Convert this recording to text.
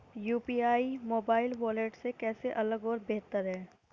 UPI mobile wallet से कैसे अलग और बेहतर है?